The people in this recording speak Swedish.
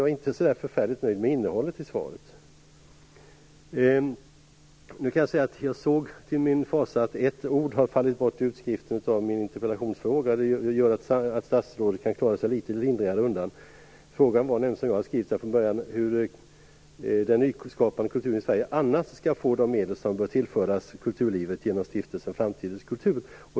Jag är inte så förfärligt nöjd med innehållet i svaret. Jag såg till min fasa att ett ord hade fallit bort i utskriften av min interpellationsfråga. Det gör att statsrådet kan klara sig litet lindrigare undan. Frågan som jag hade skrivit den från början var nämligen hur den nyskapande kulturen i Sverige annars skall få de medel som bör tillföras kulturlivet genom Stiftelsen Framtidens kultur.